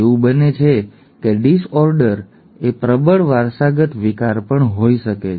એવું બને છે કે ડિસઓર્ડર એ પ્રબળ વારસાગત વિકાર પણ હોઈ શકે છે